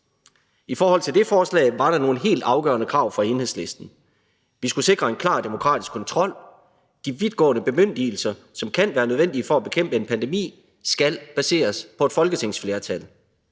I forhold til det forslag var der nogle helt afgørende krav fra Enhedslisten: Vi skulle sikre en klar demokratisk kontrol; de vidtgående bemyndigelser, som kan være nødvendige for at bekæmpe en pandemi, skal baseres på et folketingsflertal;